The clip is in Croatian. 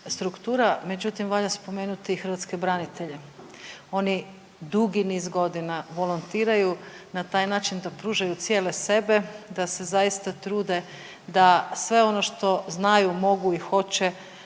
struktura. Međutim, valja spomenuti i hrvatske branitelje. Oni dugi niz godina volontiraju na taj način da pružaju cijele sebe, da se zaista trude da sve ono što znaju, mogu i hoće